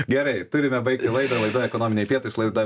gerai turime baigti laidą laida ekonominiai pietūs laidą